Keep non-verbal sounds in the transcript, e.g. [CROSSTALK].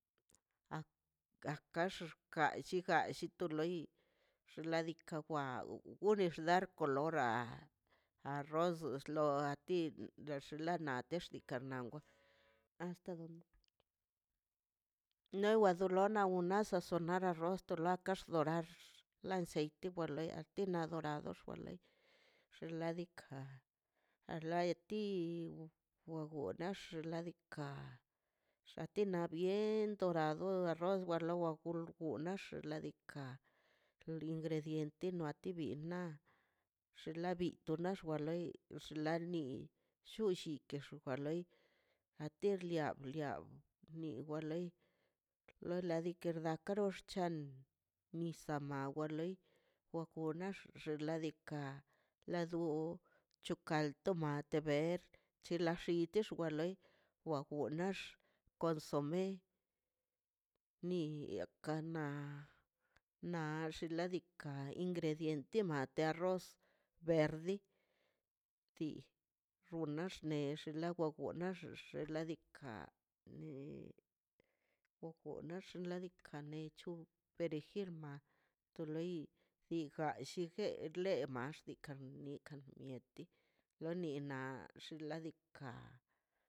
A kaxo xka llid gallito lo yiꞌxladika wa wdax lak kolara arroz wxloag dex lana dixka [NOISE] nawe [HESITATION] arroz xka dorar aceite wa lei te adorador wa lei xin ladika a lai ti wo wa lax ladika xatina bien dorado wor wa xlo rgul gon nax xnaꞌ diikaꞌ ingrediente no a ti bin na xla biton wa nax li xnaꞌ ni killushin wani wa loi ater wa liab ni wa loi lo lardika wa ka ron ox chan nisa mawa li wa kona xinladikan lado chokal tomate verde ti la waxixen wa loi wa gon nax consomeni a gakan na na xinladika ingrediente ma de arroz verdi di runa dix loga wunnax xen ladika opjona xinlandika kanechu peregil mal to loi iga lligue le maxtikan nikan mieti lo nina xin ladika